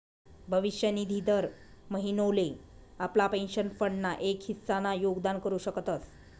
भविष्य निधी दर महिनोले आपला पेंशन फंड ना एक हिस्सा ना योगदान करू शकतस